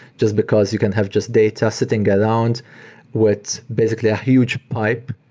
just because you can have just data sitting around with basically a huge pipe,